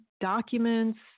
documents